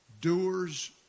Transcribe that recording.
doers